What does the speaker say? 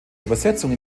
übersetzung